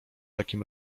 takim